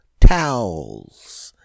towels